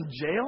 jail